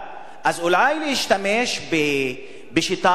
אז אולי להשתמש בשיטה אחרת?